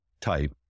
type